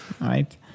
right